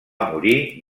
morir